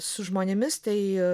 su žmonėmis tai